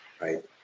right